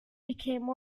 became